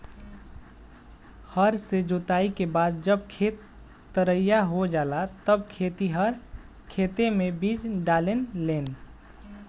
हर से जोताई के बाद जब खेत तईयार हो जाला तब खेतिहर खेते मे बीज डाले लेन